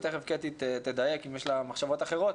ותיכף קטי תדייק אם יש לה מחשבות אחרות,